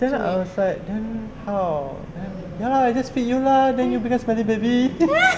then I was like mm how then ya lah I just picked you lah then you become smelly baby